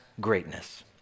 greatness